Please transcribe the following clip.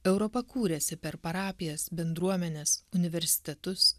europa kūrėsi per parapijas bendruomenes universitetus